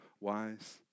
wise